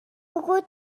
سکوت